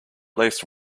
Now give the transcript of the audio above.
last